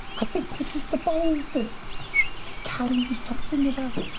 i think this is the bowl that cali was talking about.